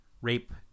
rape